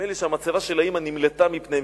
נדמה לי שהמצבה של האמא נמלטה מפניהם,